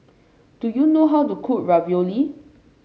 do you know how to cook ravioli